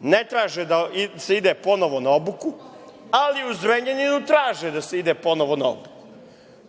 ne traže da se ide ponovo na obuku, ali u Zrenjaninu traži da se ide ponovo na obuku